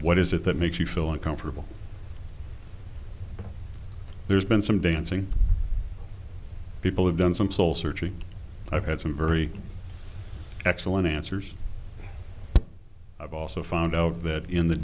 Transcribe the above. what is it that makes you feel uncomfortable there's been some dancing people have done some soul searching i've had some very excellent answers i've also found out that in the